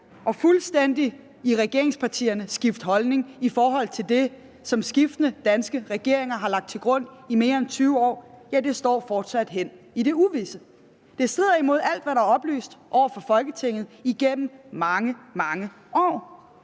fuldstændig skifter holdning i forhold til det, som skiftende danske regeringer har lagt til grund i mere end 20 år, ja, det står fortsat hen i det uvisse. Det strider imod alt, hvad der er oplyst over for Folketinget igennem mange, mange år.